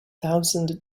thousand